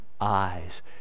eyes